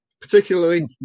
particularly